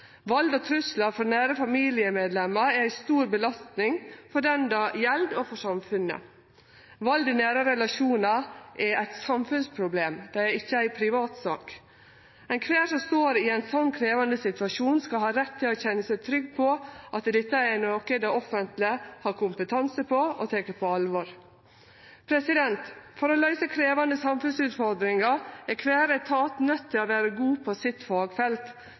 Vald og trugslar frå nære familiemedlemer er ei stor belasting for den det gjeld, og for samfunnet. Vald i nære relasjonar er eit samfunnsproblem, det er ikkje ei privatsak. Alle som står i ein slik krevjande situasjon, skal ha rett til å kjenne seg trygge på at dette er noko det offentlege har kompetanse på og tek på alvor. For å løyse krevjande samfunnsutfordringar er kvar etat nøydd til å vere god på fagfeltet sitt